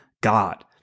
God